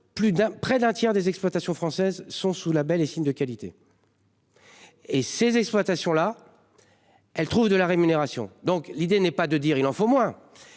Près d'un tiers des exploitations françaises sont sous la belle et signe de qualité. Et ces exploitations là. Elle trouve de la rémunération, donc l'idée n'est pas de dire, il en faut moins.